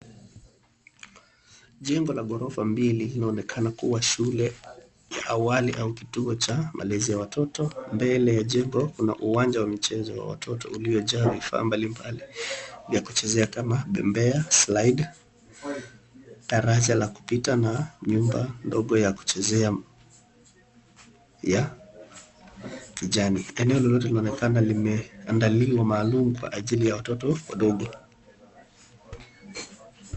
Jengo la gorofa mbili linaonekana kuwa shule ya awali au kituo cha malezi ya watoto. Mbele ya mjengo kuna mchezo wa watoto uliyojaa vifaa mbalimbali vya kuchezea kama vile mbea, slide, daraja la kupita na nyumba ndogo ya kuchezea ya kijani. Eneo lote linaonekana limeanaliwa maalum kwa ajili ya watoto wadogo.